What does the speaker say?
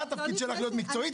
תפקידך להיות מקצועית.